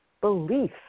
belief